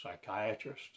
Psychiatrist